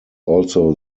also